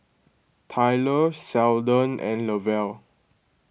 Tylor Seldon and Lavelle